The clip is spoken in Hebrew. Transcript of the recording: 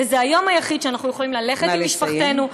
וזה היום היחיד שאנחנו יכולים ללכת עם משפחתנו,